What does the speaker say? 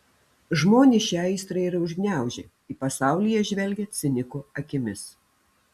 žmonės šią aistrą yra užgniaužę į pasaulį jie žvelgia cinikų akimis